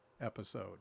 episode